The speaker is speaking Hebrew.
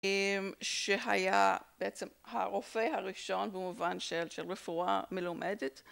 שהיה בעצם הרופא הראשון במובן של... של רפואה מלומדת